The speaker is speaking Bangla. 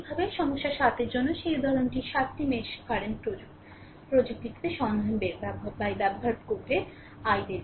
একইভাবে সমস্যা 7 এর জন্য সেই উদাহরণটি 7 মেশ কারেন্ট প্রযুক্তিটি সন্ধান ব্যবহার করে i